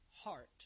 heart